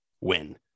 Win